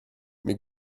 mais